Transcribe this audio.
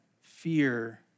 fear